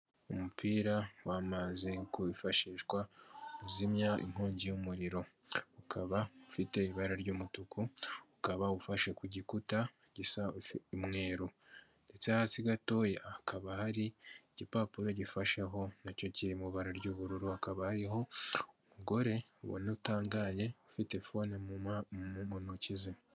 Umupira w'amazi wifashishwa uzimya inkongi y'umuriro. Ukaba ufite ibara ry'umutuku ukaba ufashe ku gikuta gisa umweru. Ndetse hasi gatoya hakaba hari igipapuro gifasheho nacyo kiri mu ibara ry'ubururu. Hakaba hariho umugore ubona utangaye ufite phone mu mu ntoki ze.